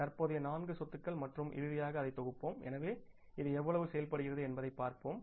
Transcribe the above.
தற்போதைய நான்கு சொத்துகள் மற்றும் இறுதியாக அதை தொகுப்போம் எனவே இது எவ்வளவு செயல்படுகிறது என்பதைப் பார்ப்போம்